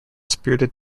spirited